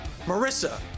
Marissa